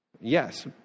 Yes